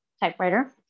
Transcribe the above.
typewriter